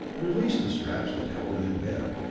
released the straps that held him in bed.